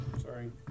Sorry